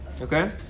Okay